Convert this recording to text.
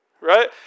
right